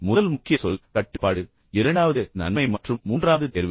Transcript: முதல் முக்கிய சொல் கட்டுப்பாடு இரண்டாவது நன்மை மற்றும் மூன்றாவது தேர்வு